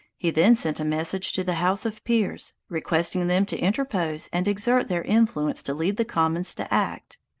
he then sent a message to the house of peers, requesting them to interpose and exert their influence to lead the commons to act.